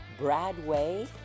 Bradway